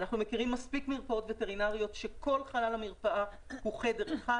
אנחנו מכירים מספיק מרפאות וטרינריות שכל חלל המרפאה הוא חדר אחד.